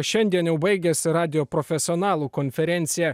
šiandien jau baigiasi radijo profesionalų konferencija